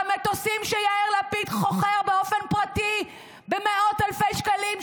במטוסים שיאיר לפיד חוכר באופן פרטי במאות אלפי שקלים,